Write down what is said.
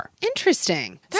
Interesting